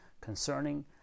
concerning